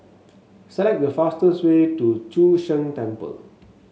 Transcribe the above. select the fastest way to Chu Sheng Temple